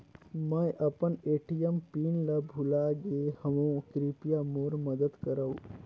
मैं अपन ATM PIN ल भुला गे हवों, कृपया मोर मदद करव